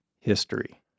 history